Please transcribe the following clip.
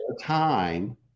time